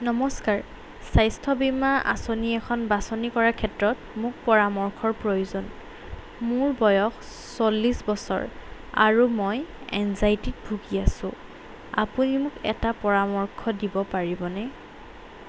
নমস্কাৰ স্বাস্থ্য বীমা আঁচনি এখন বাছনি কৰাৰ ক্ষেত্ৰত মোক পৰামৰ্শৰ প্ৰয়োজন মোৰ বয়স চল্লিছ বছৰ আৰু মই এনজাইটিত ভুগি আছোঁ আপুনি মোক এটা পৰামৰ্শ দিব পাৰিবনে